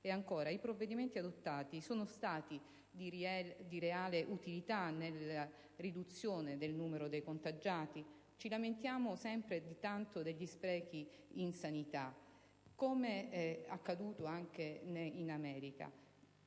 I provvedimenti adottati sono stati di reale utilità nella riduzione del numero dei contagiati? Ci lamentiamo sempre tanto degli sprechi nella sanità: come accaduto anche in America,